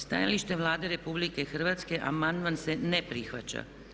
Stajališta Vlade RH amandman se ne prihvaća.